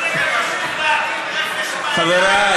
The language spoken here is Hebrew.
חברי